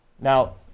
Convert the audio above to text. Now